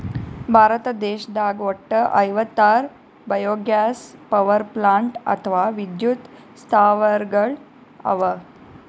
ಭಾರತ ದೇಶದಾಗ್ ವಟ್ಟ್ ಐವತ್ತಾರ್ ಬಯೊಗ್ಯಾಸ್ ಪವರ್ಪ್ಲಾಂಟ್ ಅಥವಾ ವಿದ್ಯುತ್ ಸ್ಥಾವರಗಳ್ ಅವಾ